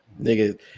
Nigga